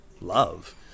love